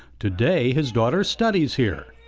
today his daughter studies here.